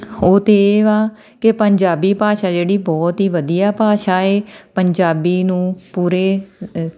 ਉਹ ਤਾਂ ਇਹ ਵਾ ਕਿ ਪੰਜਾਬੀ ਭਾਸ਼ਾ ਜਿਹੜੀ ਬਹੁਤ ਹੀ ਵਧੀਆ ਭਾਸ਼ਾ ਹੈ ਪੰਜਾਬੀ ਨੂੰ ਪੂਰੇ